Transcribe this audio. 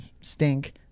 stink